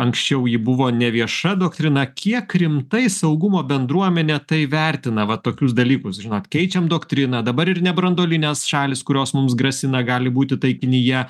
anksčiau ji buvo nevieša doktrina kiek rimtai saugumo bendruomenė tai vertina va tokius dalykus žinot keičiam doktriną dabar ir nebranduolinės šalys kurios mums grasina gali būti taikinyje